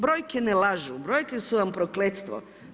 Brojke ne lažu, brojke su vam prokletstvo.